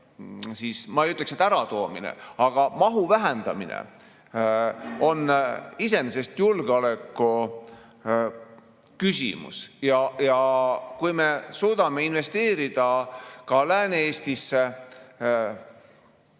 ma ei ütleks, et äratoomine, aga mahu vähendamine on iseenesest julgeolekuküsimus. Kui me suudaksime investeerida Lääne‑Eestisse,